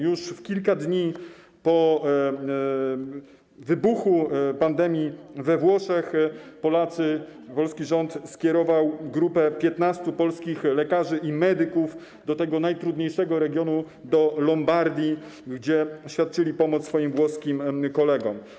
Już w kilka dni po wybuchu pandemii we Włoszech polski rząd skierował grupę 15 polskich lekarzy i medyków do regionu z najtrudniejszą sytuacją, do Lombardii, gdzie świadczyli pomoc swoim włoskim kolegom.